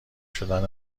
شدن